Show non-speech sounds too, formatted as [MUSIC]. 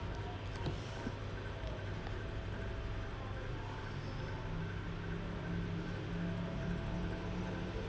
[BREATH]